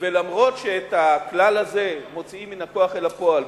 למרות שאת הכלל הזה מוציאים מן הכוח אל הפועל,